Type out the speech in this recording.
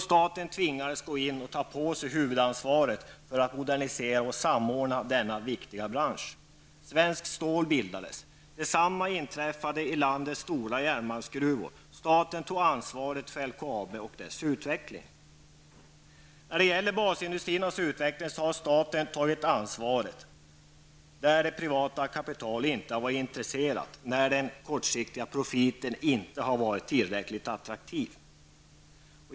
Staten tvingades gå in och ta på sig huvudansvaret för att modernisera och samordna denna viktiga bransch. Svenskt Stål bildades. Detsamma inträffade i landets stora järnmalmsgruvor. Så t.ex. tog staten ansvaret för LKAB och dess utveckling. Staten har också tagit ansvaret för basindustriernas utveckling när det privata kapitalet inte har varit intresserat på grund av att den kortsiktiga profiten inte varit tillräckligt attraktiv.